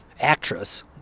actress